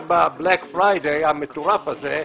רק ב-בלק פריידי המטורף הזה,